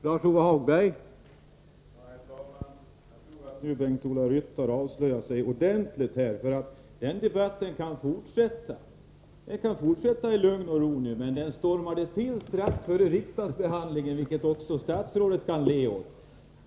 Herr talman! Bengt-Ola Ryttar avslöjade sig ordentligt här. Debatten kan nu fortsätta i lugn och ro. Men den stormade till strax före riksdagsbehandlingen, vilket också statsrådet kan le åt.